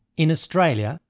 in australia,